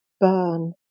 burn